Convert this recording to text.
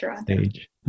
stage